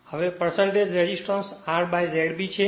હવે resistance RZ B છે